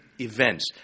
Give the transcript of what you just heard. events